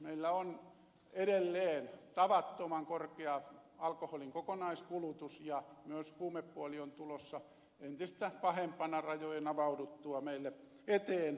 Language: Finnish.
meillä on edelleen tavattoman korkea alkoholin kokonaiskulutus ja myös huumepuoli on rajojen avauduttua tulossa entistä pahempana meille eteen